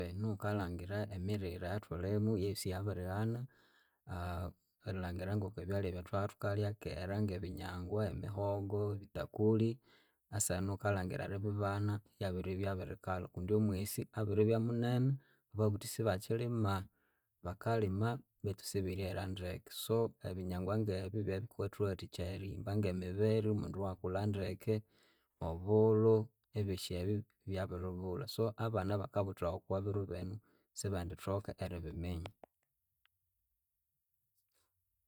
Enu wukalhangira emirire eyathulimu eyosi yabirighana erilhangira ngokubyalya ebyathwabya thukalya kera nge binyangwa, emihogo, ebithakulhi, asahenu wukalhangira eribibana iyabiri iryabirikalha kundi omwisi abiribya munene. Ababuthi sibakyilima, bakalima betu sibiryerya ndeke. So ebinyangwa ngebyu byebikathuwathikaya erihimba ngemibiri omundu iwakulha ndeke, obulhu ebyosi ebyu byabiribulha so abana abakabuthawa okwabiru binu sibendithoka eribiminya